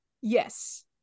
Yes